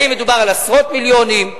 האם מדובר על עשרות מיליונים,